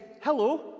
hello